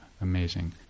amazing